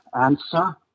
answer